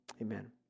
Amen